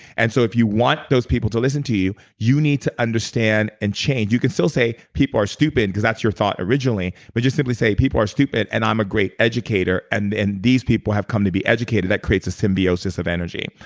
and so if you want those people to listen to you you need to understand and change. you can still say people are stupid because that's your thought originally but just simply say, people are stupid and i'm a great educator. and and these people have come to be educated. that creates symbiosis of energy.